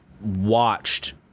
watched